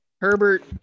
Herbert